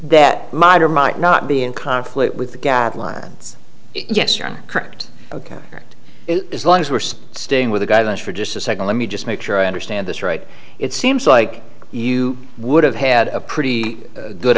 that might or might not be in conflict with the gag lines yes you're correct ok as long as worse staying with the guidelines for just a second let me just make sure i understand this right it seems like you would have had a pretty good